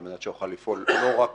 על מנת שיוכל לפעול לא רק